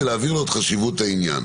ולהבהיר לו את חשיבות העניין".